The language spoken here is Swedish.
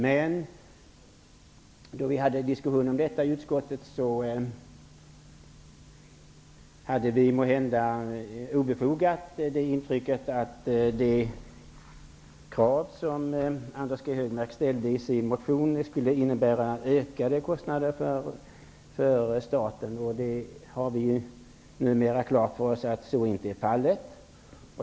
Men då vi hade en diskussion om detta i utskottet hade vi, måhända obefogat, intrycket att de krav som Anders G Högmark ställde i sin motion skulle innebära ökade kostnader för staten. Vi har numera klart för oss att så inte är fallet.